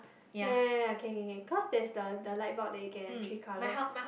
ya ya ya can can can cause there's the the light bulb that you can have three colours